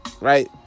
right